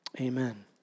amen